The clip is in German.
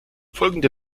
folgende